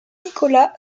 nicolas